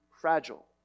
fragile